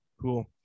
Cool